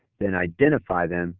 then identify them